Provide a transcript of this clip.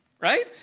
right